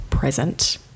present